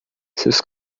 seus